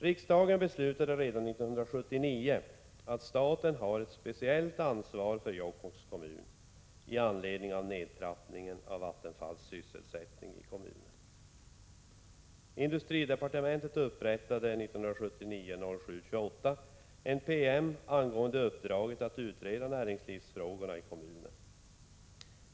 Riksdagen beslutade redan 1979 att staten skall ha ett speciellt ansvar för Jokkmokks kommun, med anledning av nedtrappningen av Vattenfalls sysselsättning i kommunen. Industridepartementet upprättade den 28 juli 1979 en PM angående uppdraget att utreda näringslivsfrågorna i kommunen.